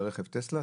לרכב טסלה?